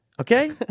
okay